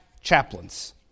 chaplains